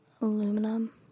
Aluminum